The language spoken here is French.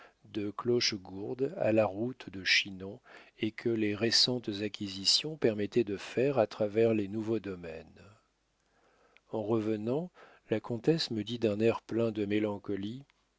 de clochegourde à la route de chinon et que les récentes acquisitions permettaient de faire à travers les nouveaux domaines en revenant la comtesse me dit d'un air plein de mélancolie